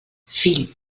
fill